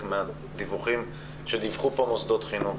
מהדיווחים הספציפיים שדיווחו פה מוסדות חינוך.